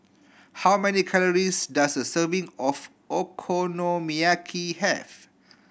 how many calories does a serving of Okonomiyaki have